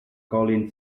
colin